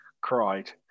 cried